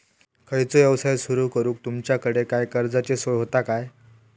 खयचो यवसाय सुरू करूक तुमच्याकडे काय कर्जाची सोय होता काय?